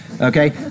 okay